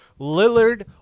Lillard